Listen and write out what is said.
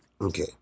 Okay